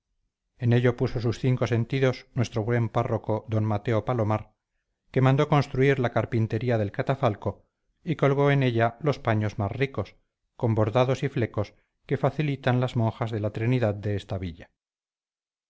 en ello puso sus cinco sentidos nuestro buen párroco d mateo palomar que mandó construir la carpintería del catafalco y colgó en ella los paños más ricos con bordados y flecos que facilitan las monjas de la trinidad de esta villa